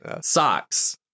Socks